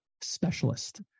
specialist